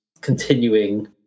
continuing